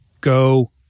go